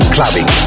Clubbing